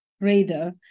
radar